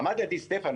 עמד ליידי סטפן,